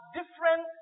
different